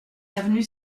avenue